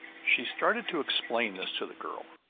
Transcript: she started to explain this to the girl,